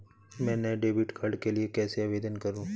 मैं नए debit card के लिए कैसे आवेदन करूं?